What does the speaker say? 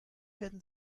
werden